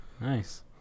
nice